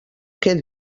què